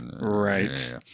Right